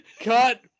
Cut